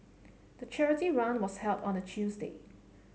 the charity run was held on a Tuesday